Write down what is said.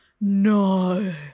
no